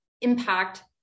impact